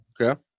Okay